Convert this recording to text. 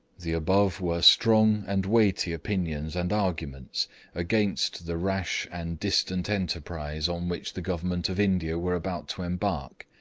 the above were strong and weighty opinions and arguments against the rash and distant enterprise on which the government of india were about to embark.